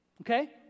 Okay